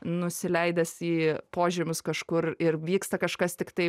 nusileidęs į požemius kažkur ir vyksta kažkas tik tai